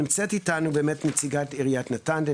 נמצאת איתנו נציגת עיריית נתניה.